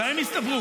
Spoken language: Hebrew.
כזאת?